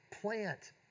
Plant